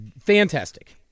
fantastic